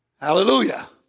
Hallelujah